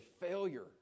failure